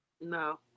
no